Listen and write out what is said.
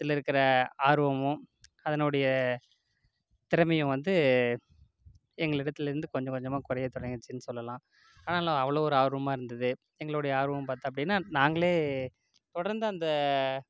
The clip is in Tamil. அதில் இருக்கின்ற ஆர்வமும் அதனுடைய திறமையும் வந்து எங்கள் இடத்திலிருந்து கொஞ்ச கொஞ்சமாக குறைய தொடங்குச்சுன்னு சொல்லெலாம் ஆனாலும் அவ்வளோ ஒரு ஆர்வமாக இருந்தது எங்களுடைய ஆர்வம் பார்த்தோ அப்படினா நாங்களே தொடர்ந்து அந்த